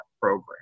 program